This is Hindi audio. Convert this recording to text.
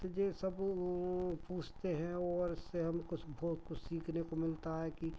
तो ये सब वह पूछते हैं और इससे हमें कुछ बहुत कुछ सीखने को मिलता है कि